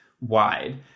wide